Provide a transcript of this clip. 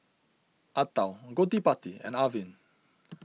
Atal Gottipati and Arvind